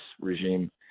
regime